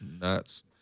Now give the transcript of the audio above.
nuts